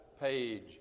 page